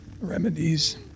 remedies